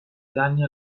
danni